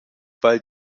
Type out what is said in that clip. weil